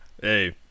Hey